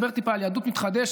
נדבר טיפה על יהדות מתחדשת.